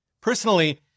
personally